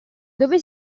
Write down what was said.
dove